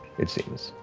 it seems,